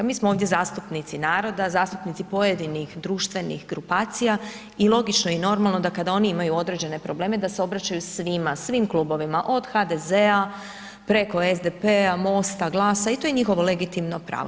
Mi smo ovdje zastupnici naroda, zastupnici pojedinih društvenih grupacija i logično i normalno da kada oni imaju određene probleme, da se obraćaju svima, svim klubovima, od HDZ-a preko SDP-a, MOST-a, GLAS-a i to je njihovo legitimno pravo.